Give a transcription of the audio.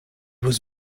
was